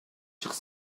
чыкса